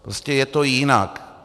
Prostě je to jinak.